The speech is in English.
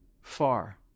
far